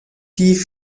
die